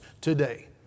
today